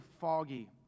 foggy